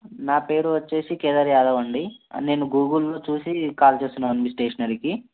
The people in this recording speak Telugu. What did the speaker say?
నా పేరు వచ్చేసి కేదార్ యాదవ్ అండి నేను గూగుల్లో చూసి కాల్ చేస్తున్నానండి స్టేషనరీకి